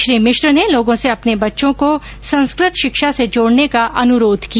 श्री मिश्र ने लोगों से अपने बच्चों को संस्कृत शिक्षा से जोड़ने का अनुरोध किया